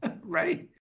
right